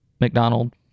McDonald